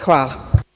Hvala.